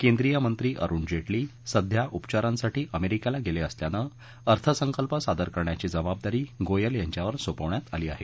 केंद्रीय मंत्री अरुण जेटली सध्या उपचारांसाठी अमेरिकेला गेले असल्यानं अर्थसंकल्प सादर करण्याची जबाबदारी गोयल यांच्यावर सोपवण्यात आली आहे